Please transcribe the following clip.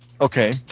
Okay